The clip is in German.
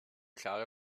klare